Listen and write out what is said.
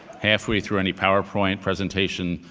halfway through any powerpoint presentation,